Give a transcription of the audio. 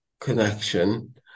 connection